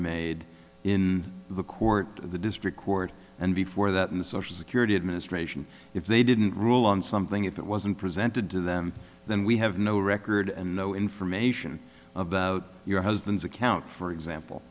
made in the court the district court and before that in the social security administration if they didn't rule on something if it wasn't presented to them then we have no record and no information about your husband's account for example